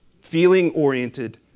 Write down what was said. feeling-oriented